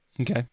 Okay